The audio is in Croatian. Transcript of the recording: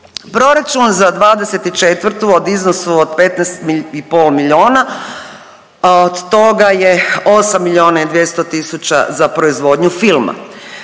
Proračun za '24. od iznosu od 15,5 milijuna od toga je 8 milijuna i 200 tisuća za proizvodnju filma.